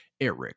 eric